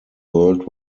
world